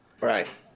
Right